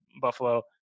buffalo